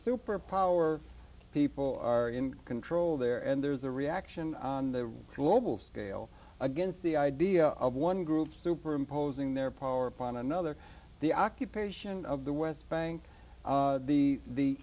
superpower people are in control there and there's a reaction on the global scale against the idea of one group super imposing their power upon another the occupation of the west bank be the